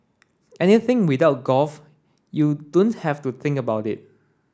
anything without golf you don't have to think about it